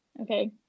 okay